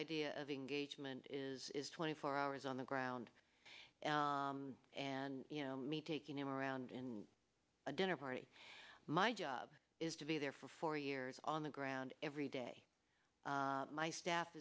idea of engagement is twenty four hours on the ground and you know me taking him around in a dinner party my job is to be there for four years on the ground every day my staff